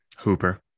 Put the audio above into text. hooper